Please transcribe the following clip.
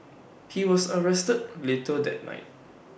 he was arrested later that night